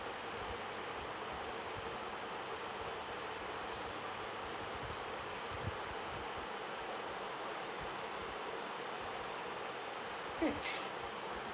mm